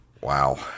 Wow